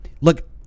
Look